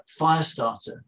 Firestarter